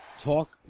Talk